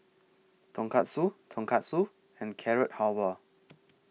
Tonkatsu Tonkatsu and Carrot Halwa